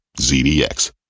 ZDX